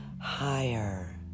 Higher